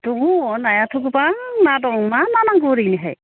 दङ नायाथ' गोबां ना दं मा ना नांगौ ओरैनोहाय